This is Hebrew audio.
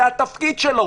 זה התפקיד שלו.